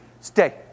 Stay